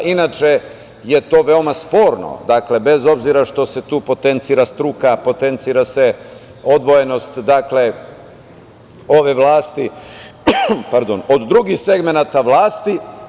Inače je to veoma sporno, bez obzira što se tu potencira struka, potencira se odvojenost ove vlasti od drugih segmenata vlasti.